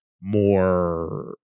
more